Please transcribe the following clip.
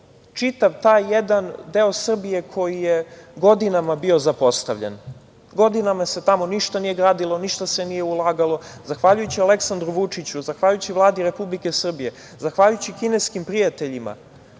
čitav taj jedan deo Srbije koji je godinama bio zapostavljen. Godinama se tamo ništa nije gradilo, ništa se nije ulagalo. Zahvaljujući Aleksandru Vučiću, zahvaljujući Vladi Republike Srbije, zahvaljujući kineskim prijateljima